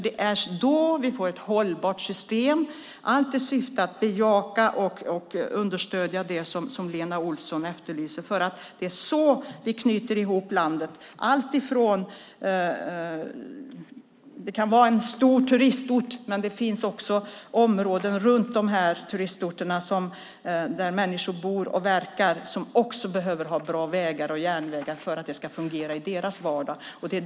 Det är då vi får ett hållbart system, allt i syfte att bejaka och understödja det som Lena Olsson efterlyser. Det är så vi knyter ihop landet. Det kan gälla stora turistorter, men det finns också områden runt dessa turistorter där människor bor och verkar som också behöver ha bra vägar och järnvägar för att det ska fungera i deras vardag.